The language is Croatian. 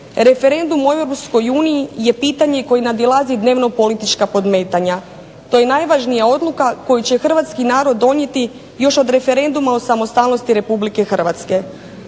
Referendum o EU je pitanje koje nadilazi dnevno politička podmetanja. To je najvažnija odluka koju će hrvatski narod donijeti još od referenduma o samostalnosti RH.